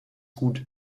gut